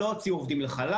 פה לא הוציאו חל"ת,